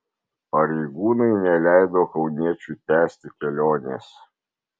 pareigūnai neleido kauniečiui tęsti kelionės